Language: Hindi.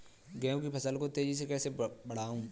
गेहूँ की फसल को तेजी से कैसे बढ़ाऊँ?